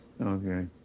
Okay